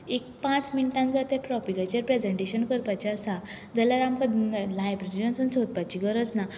एक पांच मिनटान जर त्या टोपीकाचेर प्रेजेंटेशन करपाचें आसा जाल्यार आमकां लायब्ररीन वचोन सोदपाची गरज ना